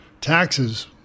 Taxes